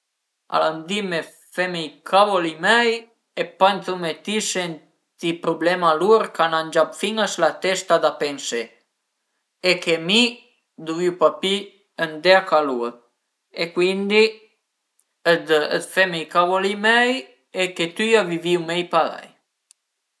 Alura ëntà andé sül mutur dë ricerca, cerché l'aplicasiun che ün a völ, pöi apres la la dëscarie, pöi la instale e pöi dopu a s'fan i vari setage a s'pröva s'a va